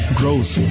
growth